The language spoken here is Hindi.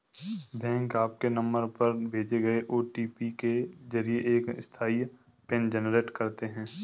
बैंक आपके नंबर पर भेजे गए ओ.टी.पी के जरिए एक अस्थायी पिन जनरेट करते हैं